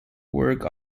work